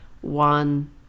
One